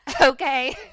Okay